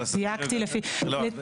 דייקתי לפי --- לא,